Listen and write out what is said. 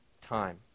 time